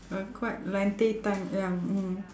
a quite lengthy time ya mm